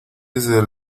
desde